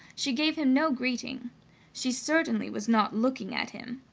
she gave him no greeting she certainly was not looking at him.